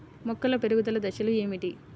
మొక్కల పెరుగుదల దశలు ఏమిటి?